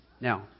Now